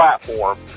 platform